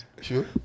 Sure